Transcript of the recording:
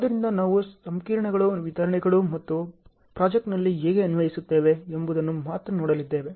ಆದ್ದರಿಂದ ನಾವು ಸಮೀಕರಣಗಳು ವಿವರಣೆಗಳು ಮತ್ತು ಪ್ರಾಜೆಕ್ಟ್ನಲ್ಲಿ ಹೇಗೆ ಅನ್ವಯಿಸುತ್ತೇವೆ ಎಂಬುದನ್ನು ಮಾತ್ರ ನೋಡಲಿದ್ದೇವೆ